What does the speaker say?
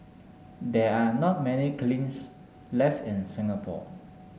there are not many kilns left in Singapore